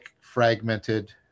fragmented